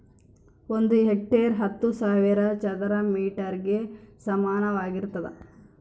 ಒಂದು ಹೆಕ್ಟೇರ್ ಹತ್ತು ಸಾವಿರ ಚದರ ಮೇಟರ್ ಗೆ ಸಮಾನವಾಗಿರ್ತದ